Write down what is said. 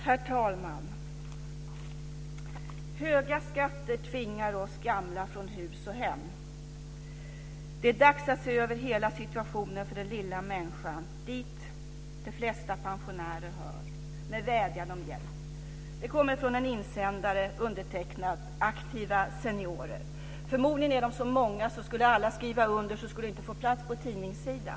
Herr talman! Höga skatter tvingar oss gamla från hus och hem. Det är dags att se över hela situationen för den lilla människan, dit de flesta pensionärer hör. Med vädjan om hjälp. Detta kommer från en insändare undertecknad Aktiva seniorer. Förmodligen är de så många att skulle alla skriva under skulle det inte få plats på tidningssidan.